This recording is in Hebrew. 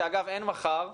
שאין מחר,